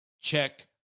check